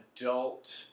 adult